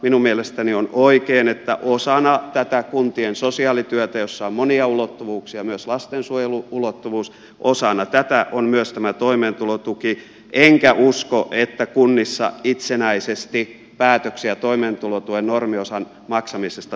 minun mielestäni on oikein että osana tätä kuntien sosiaalityötä jossa on monia ulottuvuuksia myös lastensuojelu ulottuvuus on myös tämä toimeentulotuki enkä usko että kunnissa itsenäisesti päätöksiä toimeentulotuen normiosan maksamisesta tekevät toimistosihteerit